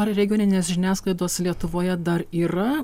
ar regioninės žiniasklaidos lietuvoje dar yra